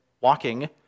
walking